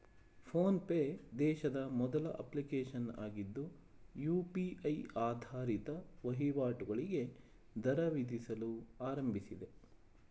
phone pay ದೇಶದ ಮೊದಲ application ಆಗಿದ್ದು ಯು.ಪಿ.ಐ ಆಧಾರಿತ ವಹಿವಾಟುಗಳಿಗೆ ದರ ವಿಧಿಸಲು ಆರಂಭಿಸಿದೆ